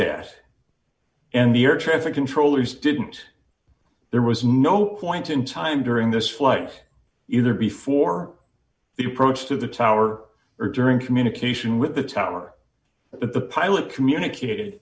that and the air traffic controllers didn't there was no point in time during this flight either before the approach to the tower or during communication with the tower that the pilot communicate